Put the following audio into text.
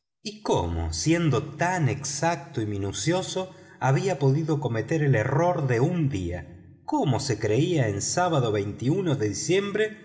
y cómo siendo tan exacto y minucioso había podido cometer el error de un día cómo se creía en sábado de diciembre